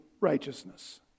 righteousness